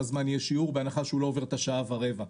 זמן יהיה שיעור בהנחה שהוא לא עובר את השעה ברבע,